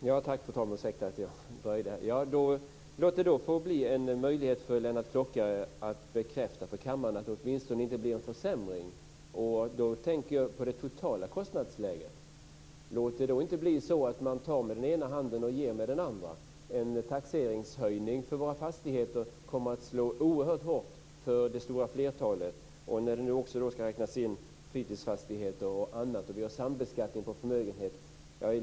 Fru talman! Låt det då få bli en möjlighet för Lennart Klockare att bekräfta för kammaren att det åtminstone inte blir en försämring. Och då tänker jag på det totala kostnadsläget. Låt det inte bli så att man tar med den ena handen och ger med den andra. En taxeringshöjning för våra fastigheter kommer att slå oerhört hårt för det stora flertalet när man nu också ska räkna in fritidsfastigheter och annat, och vi har sambeskattning av förmögenheter.